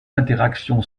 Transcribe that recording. interactions